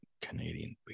canadian